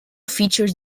features